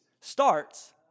starts